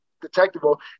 detectable